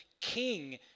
king